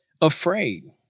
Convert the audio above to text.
afraid